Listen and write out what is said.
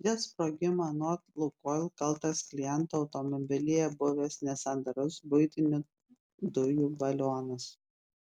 dėl sprogimo anot lukoil kaltas kliento automobilyje buvęs nesandarus buitinių dujų balionas